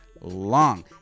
long